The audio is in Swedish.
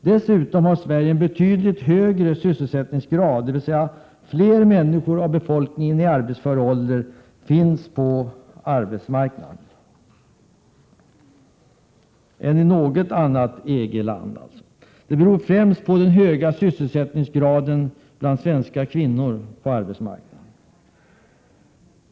Dessutom har Sverige en betydligt högre sysselsättningsgrad, dvs. fler människor av befolkningen i arbetsför ålder finns på arbetsmarknaden än i något av EG:s länder. Det beror främst på den höga sysselsättningsgraden bland svenska kvinnor på arbetsmarknaden.